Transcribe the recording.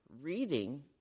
reading